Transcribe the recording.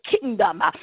kingdom